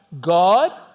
God